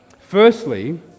Firstly